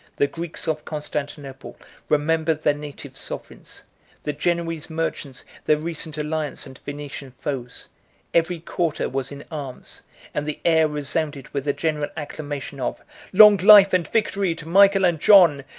the greeks of constantinople remembered their native sovereigns the genoese merchants their recent alliance and venetian foes every quarter was in arms and the air resounded with a general acclamation of long life and victory to michael and john,